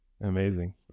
Amazing